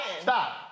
stop